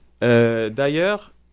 D'ailleurs